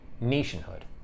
nationhood